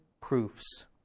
proofs